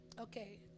Okay